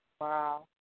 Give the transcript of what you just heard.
Wow